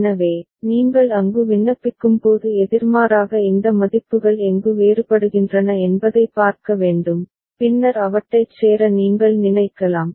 எனவே நீங்கள் அங்கு விண்ணப்பிக்கும்போது எதிர்மாறாக இந்த மதிப்புகள் எங்கு வேறுபடுகின்றன என்பதைப் பார்க்க வேண்டும் பின்னர் அவற்றைச் சேர நீங்கள் நினைக்கலாம்